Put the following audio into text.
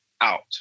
out